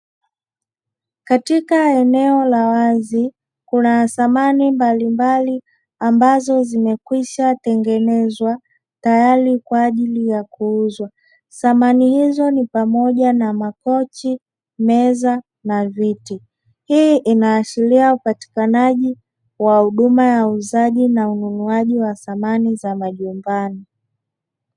Katika eneo la wazi kuna samani mbalimbali ambazo zimekwisha tengenezwa, tayari kwa ajili ya kuuzwa samani hizo ni pamoja na makochi meza na viti hii inaashiria upatikanaji wa huduma ya uuzaji na ununuaji wa samani za majumbani.